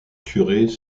curés